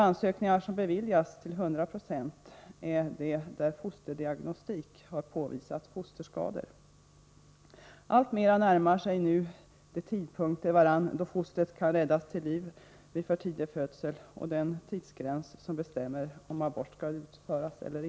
Ansökningar beviljas till 100 92 i de fall fosterdiagnostik har påvisat fosterskador. Alltmera närmar sig nu följande tidpunkter varandra: dels den tidpunkt då fostret vid för tidig födsel kan räddas till liv, dels den tidsgräns som bestämmer om abort skall utföras eller ej.